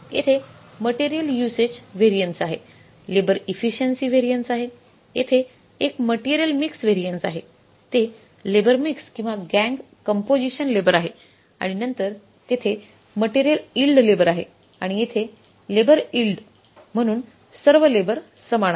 येथे material usage variance आहे labour efficiency variance आहे येथे एक मटेरियल मिक्स व्हॅरियन्स आहे ते लेबर मिक्स किंवा गॅंग कंपोझिशन लेबर आहे आणि नंतर तेथे मटेरियल इल्ड लेबर आहे आणि येथे लेबर इल्ड लेबर आहे म्हणून सर्व लेबर समान आहेत